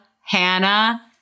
Hannah